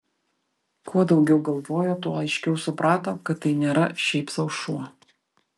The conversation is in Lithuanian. kuo daugiau galvojo tuo aiškiau suprato kad tai nėra šiaip sau šuo